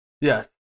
Yes